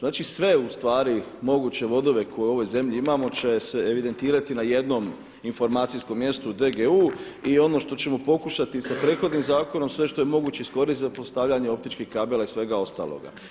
Znači sve ustvari moguće vodove koje u ovoj zemlji imamo će se evidentirati na jednom informacijskom mjestu DGU i ono što ćemo pokušati i sa prethodnim zakonom sve što je moguće iskoristiti za postavljanje optičkih kabela i svega ostaloga.